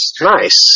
Nice